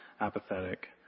apathetic